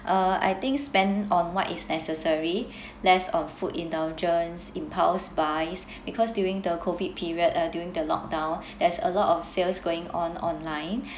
uh I think spend on what is necessary less on food indulgence impulse buys because during the COVID period uh during the lock down there's a lot of sales going on online